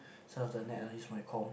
some of the night I use my com